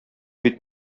бит